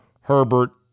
Herbert